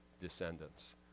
descendants